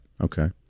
okay